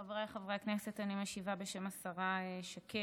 חבריי חברי הכנסת, אני משיבה בשם השרה שקד.